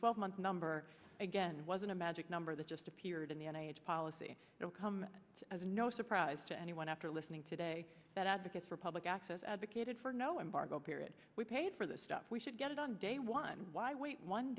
twelve month number again wasn't a magic number that just appeared in the n h policy will come as no surprise to anyone after listening today that advocates for public access advocated for no embargo period we paid for the stuff we should get on day one why wait one